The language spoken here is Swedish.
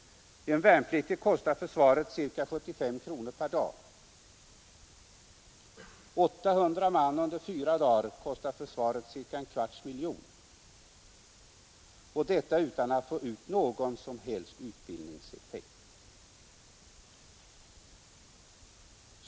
En värnpliktig kostar försvaret ca 75 kronor per dag. 800 man under fyra dagar kostar försvaret ca en kvarts miljon, och detta utan att man fått ut ofta om slöseri inom det militära. På I 3 har det under de här någon som helst utbildningseffekt.